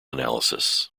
analysis